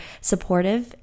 supportive